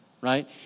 right